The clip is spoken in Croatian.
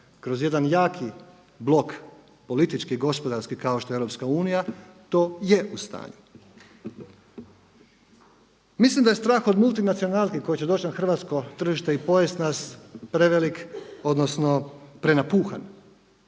Kroz jedan jaki blok politički i gospodarski kao što je EU to je u tanju. Mislim da je strah od multinacionalke koja će doći na hrvatsko tržište i pojesti nas prevelik, odnosno prenapuhan,